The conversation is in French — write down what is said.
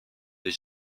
des